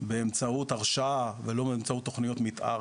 באמצעות הרשאה ולא באמצעות תוכניות מתאר,